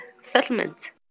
settlement